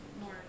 more